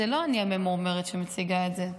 זו לא אני הממורמרת שמציגה את זה,